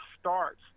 starts